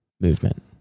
Movement